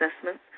assessments